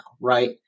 right